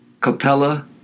Capella